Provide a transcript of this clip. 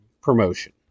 promotion